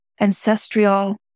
ancestral